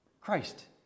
Christ